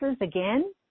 again